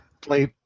Play